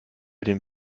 dem